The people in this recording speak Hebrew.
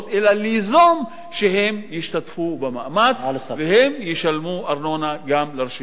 אלא ליזום שהן ישתתפו במאמץ והן ישלמו ארנונה גם לרשויות החלשות.